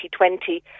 2020